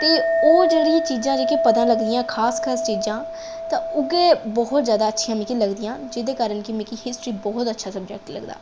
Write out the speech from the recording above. ते ओह् जेह्ड़ी चीजां जेह्कियां पता लगदियां खास खास चीजां ते उ'ऐ बहुत जैदा अच्छियां मिगी लगदियां जेह्दे कारण कि मिगी हिस्ट्री बहुत जैदा अच्छा सब्जैक्ट लगदा